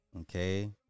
Okay